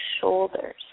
shoulders